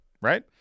right